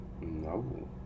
No